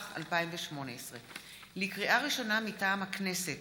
התשע"ח 2018. לקריאה ראשונה, מטעם הכנסת: